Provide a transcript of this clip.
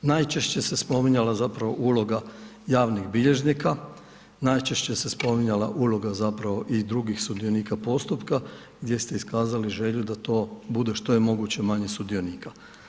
Najčešće se spominjala zapravo uloga javnih bilježnika, najčešće se spominjala uloga zapravo i drugih sudionika postupka gdje ste iskazali želju da to bude što je moguće manje sudionika.